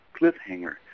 cliffhanger